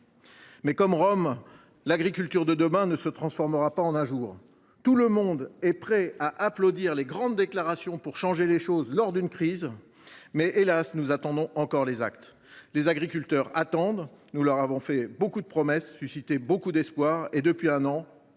Comme Rome, l’agriculture de demain ne se fera pas en un jour. Tout le monde est prêt à applaudir les grandes déclarations en vue de changer les choses entendues lors des crises, mais, hélas ! nous attendons encore les actes. Les agriculteurs patientent, nous leur avons fait beaucoup de promesses, nous avons suscité beaucoup d’espoirs, mais depuis un an,